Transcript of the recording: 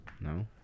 No